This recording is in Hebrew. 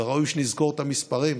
וראוי שנזכור את המספרים: